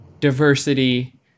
diversity